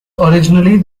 originally